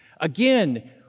Again